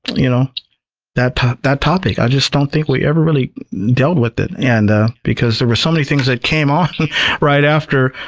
you know that that topic. i just don't think we ever really dealt with it, and because there were so many things that came on right after.